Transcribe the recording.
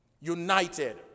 united